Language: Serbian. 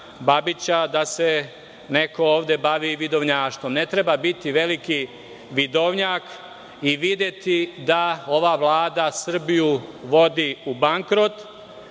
Babića da se neko ovde bavi vidovnjaštvom. Ne treba biti veliki vidovnjak i videti da ova vlada Srbiju vodi u bankrot,